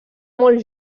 molt